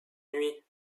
nuit